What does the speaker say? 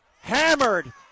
hammered